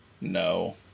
No